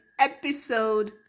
episode